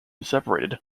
separated